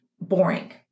Boring